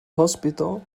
hospital